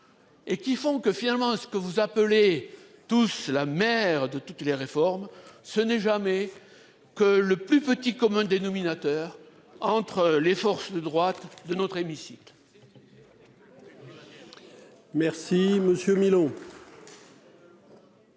Et qui font que finalement ce que vous appelez tous la mère de toutes les réformes. Ce n'est jamais. Que le plus petit commun dénominateur entre les forces de droite de notre hémicycle.